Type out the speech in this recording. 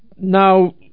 now